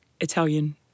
Italian